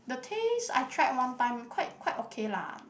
the taste I tried one time quite quite okay lah